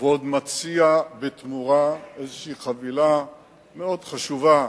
ועוד מציע בתמורה איזו חבילה מאוד חשובה,